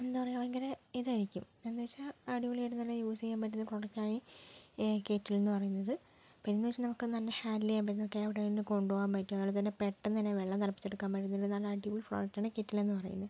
എന്താ പറയുക ഭയങ്കര ഇതായിരിയ്ക്കും എന്ന് വെച്ചാൽ അടിപൊളി ആയിട്ട് നല്ല യൂസ് ചെയ്യാൻ പറ്റുന്ന പ്രൊഡക്റ്റ് ആയി ഈ കെറ്റിലെന്ന് പറയുന്നത് പിന്നെയെന്ന് വെച്ചാൽ നമുക്ക് നല്ല ഹാൻഡ് ചെയ്യാൻ പറ്റുന്ന എവിടെയെങ്കിലും കൊണ്ടുപോകാൻ പറ്റും അതുപോലെ തന്നെ പെട്ടെന്ന് തന്നെ വെള്ളം തിളപ്പിച്ചെടുക്കാൻ പറ്റുന്ന നല്ല അടിപൊളി പ്രോഡക്റ്റ് ആണ് കെറ്റിലെന്ന് പറയുന്നത്